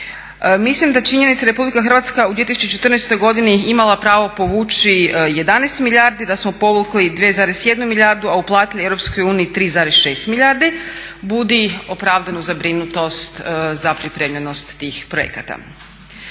Mislim da činjenica RH u 2014. godini je imala pravo povući 11 milijardi, a da smo povukli 2,1 milijardu a uplatili EU 3,6 milijardi budi opravdanu zabrinutost za pripremljenost tih projekata.